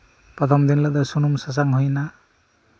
ᱯᱨᱚᱛᱷᱚᱢ ᱫᱤᱱ ᱦᱤᱞᱳᱜ ᱫᱚ ᱥᱩᱱᱩᱢ ᱥᱟᱥᱟᱝ ᱦᱩᱭ ᱮᱱᱟ